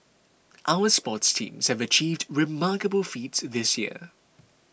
our sports teams have achieved remarkable feats this year